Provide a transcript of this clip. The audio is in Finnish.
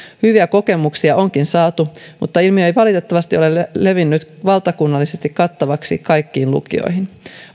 hyviä kokemuksia onkin saatu mutta ilmiö ei valitettavasti ole levinnyt valtakunnallisesti kattavaksi kaikkiin lukioihin